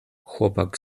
chłopak